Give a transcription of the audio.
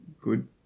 Good